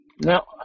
Now